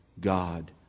God